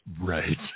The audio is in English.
Right